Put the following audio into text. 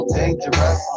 dangerous